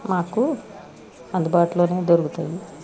మాకు అందుబాటులో దొరుకుతాయి